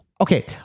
okay